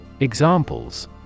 Examples